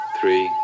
Three